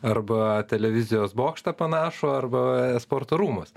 arba televizijos bokštą panašų arba sporto rūmus